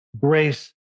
grace